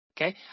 Okay